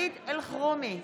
אלחרומי,